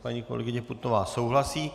Paní kolegyně Putnová souhlasí.